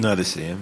נא לסיים.